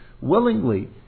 willingly